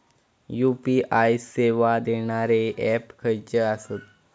UPI सेवा देणारे app खयचे आसत?